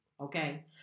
Okay